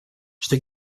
что